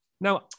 Now